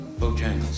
Bojangles